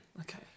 Okay